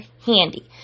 handy